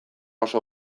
oso